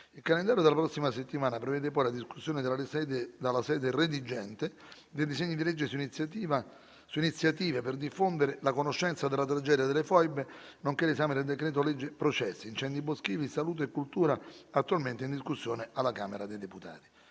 Il calendario della prossima settimana prevede poi la discussione dalla sede redigente dei disegni di legge su iniziative per diffondere la conoscenza della tragedia delle foibe, nonché l’esame del decreto-legge processi, incendi boschivi, salute e cultura, attualmente in discussione alla Camera dei deputati.